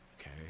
okay